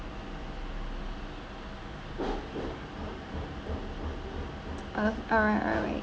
oh alright alright